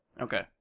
Okay